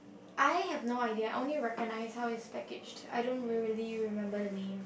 I have no idea I only recognise how it is packaged I don't really remember the name